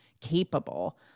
capable